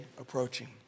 approaching